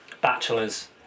Bachelor's